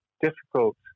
difficult